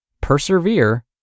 persevere